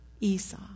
Esau